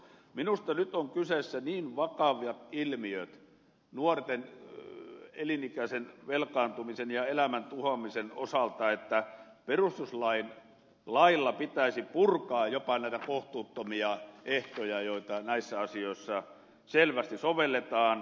minusta nyt on kyseessä niin vakavat ilmiöt nuorten elinikäisen velkaantumisen ja elämän tuhoamisen osalta että jopa perustuslailla pitäisi purkaa näitä kohtuuttomia ehtoja joita näissä asioissa selvästi sovelletaan